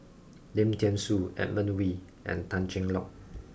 Lim Thean Soo Edmund Wee and Tan Cheng Lock